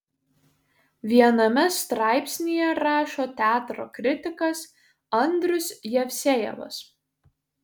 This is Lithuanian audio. viename straipsnyje rašo teatro kritikas andrius jevsejevas